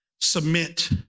submit